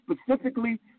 specifically